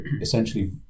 essentially